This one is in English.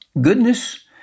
goodness